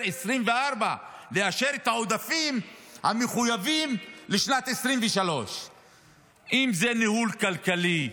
2024 לאשר את העודפים המחויבים לשנת 2023. אם זה ניהול כלכלי,